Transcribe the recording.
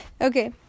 okay